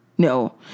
No